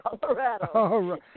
Colorado